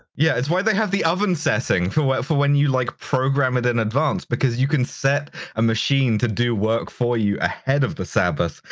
yeah it's why they have the oven setting for when for when you, like, program it in advance, because you can set a machine to do work for you ahead of the sabbath,